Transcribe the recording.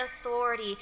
authority